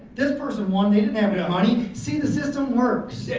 this person won, they didn't have enough money. see the system works. it